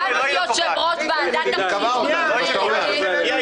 עמדת יושב ראש ועדת הבחירות היא שקובעת.